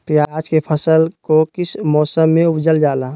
प्याज के फसल को किस मौसम में उपजल जाला?